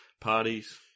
Parties